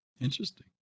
Interesting